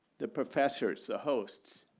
the professor's the hosts